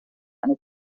eine